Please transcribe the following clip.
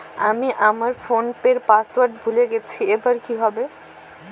আমি আমার ফোনপের পাসওয়ার্ড ভুলে গেছি এবার কি হবে?